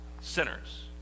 sinners